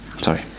sorry